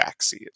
backseat